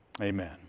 Amen